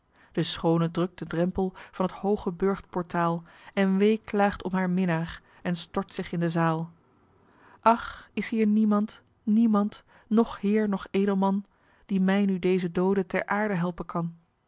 de schoone drukt den drempel van t hooge burchtportaal en weeklaagt om haar minnaar en stort zich in de zaal ach is hier niemand niemand noch heer noch edelman die mij nu dezen doode ter aarde helpen kan